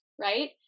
right